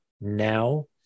now